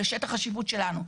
לשטח השיפוט שלנו.